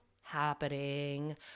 happening